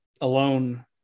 alone